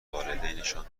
والدینشان